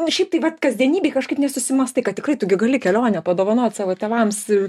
šiaip tai vat kasdienybėj kažkaip nesusimąstai kad tikrai tu gi gali kelionę padovanot savo tėvams